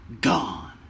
gone